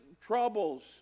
troubles